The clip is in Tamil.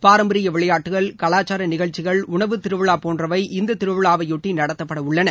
பாரம்பரிய விளையாட்டுக்கள் கலாச்சார நிகழ்ச்சிகள் உணவுத்திருவிழா போன்றவை இந்த திருவிழாவையொட்டி நடத்தப்படவுள்ளன